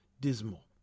dismal